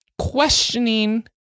questioning